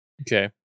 okay